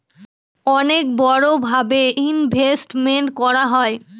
অনেক বড়ো ভাবে ইনভেস্টমেন্ট করা হয়